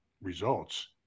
results